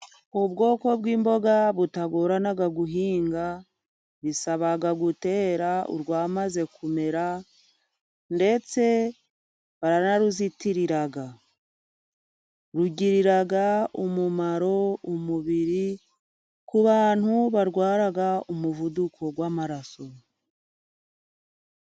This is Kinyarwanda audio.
Ubwoko bw'imboga butagorana guhinga. Bisaba gutera urwamaze kumera ndetse baranaruzitirira. Rugirira umumaro umubiri ku bantu barwara umuvuduko w'amaraso.